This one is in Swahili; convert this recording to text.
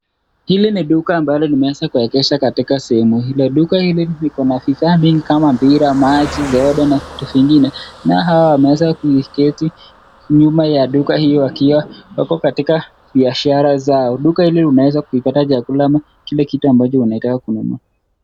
Hili ni duka ambalo limeweza kuwekwa katika sehemu hilo. Duka hili liko na vifaa mingi kama mbira, maji, soda na vitu vingine. Na hawa wameweza kuiketi nyuma ya duka hii wakiwa wako katika biashara zao. Duka hili unaweza kuipata chakula ama kile kitu ambacho unataka kununua.